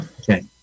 Okay